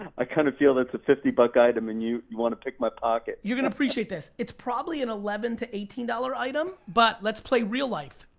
i kind of feel that's a fifty buck item and you want to pick my pocket. you gonna appreciate this, it's probably an eleven to eighteen dollar item, but let's play real life.